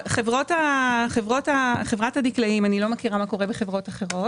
חברת הדקלאים אני לא מכירה מה קורה בחברות אחרות